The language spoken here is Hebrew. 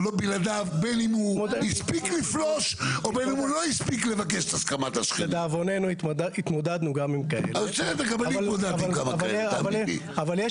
הפוך, מספיק כאן מיעוט, אבל זה